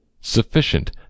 sufficient